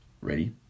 ready